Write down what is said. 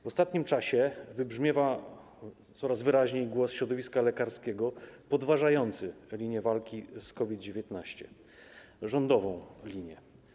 W ostatnim czasie wybrzmiewa coraz wyraźniej głos środowiska lekarskiego, podważający linię walki z COVID-19, rządową linię.